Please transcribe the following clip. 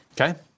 Okay